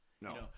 no